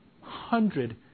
hundred